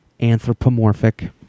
anthropomorphic